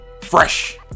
Fresh